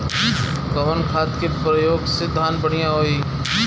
कवन खाद के पयोग से धान बढ़िया होई?